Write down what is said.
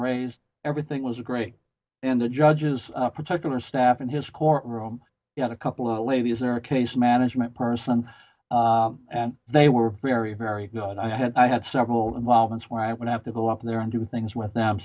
raised everything was great in the judge's particular staff in his courtroom you had a couple of ladies there a case management person and they were very very good i had i had several involvements where i would have to go up there and do things with them